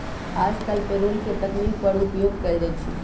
याजकाल पेरोल के तकनीक पर उपयोग कएल जाइ छइ